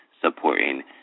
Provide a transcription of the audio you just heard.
supporting